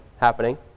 happening